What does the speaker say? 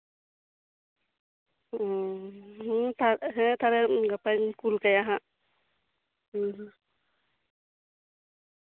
ᱦᱮᱸ ᱛᱟᱞᱦᱮ ᱜᱟᱯᱟᱧ ᱠᱩᱞ ᱠᱟᱭᱟ ᱦᱟᱸᱜ ᱦᱩᱸ ᱦᱩᱸ